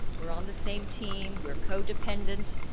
we're on the same team. we're co-dependent.